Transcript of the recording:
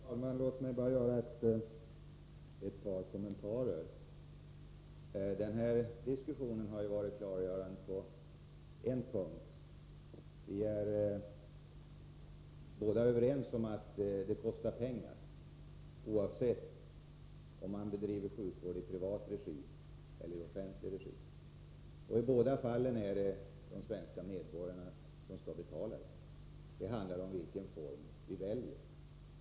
Herr talman! Låt mig bara göra ett par kommentarer. Den här diskussionen har varit klargörande på en punkt — vi är överens om att sjukvård kostar pengar, oavsett om man bedriver den i privat regi eller i offentlig regi. I båda fallen är det de svenska medborgarna som skall betala. Det handlar om vilka former vi väljer.